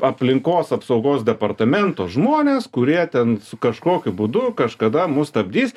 aplinkos apsaugos departamento žmonės kurie ten su kažkokiu būdu kažkada mus stabdys